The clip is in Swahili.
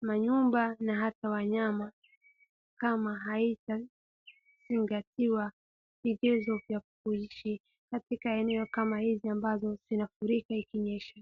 manyumba na hata wanyama, kama haitazingatiwa vigezo vya kuishi, katika maeneo kama haya inafurika ikinyesha.